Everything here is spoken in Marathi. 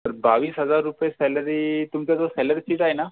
सर बावीस हजार रुपये सॅलरी तुमच्याजवळ सॅलरी शीट आहे ना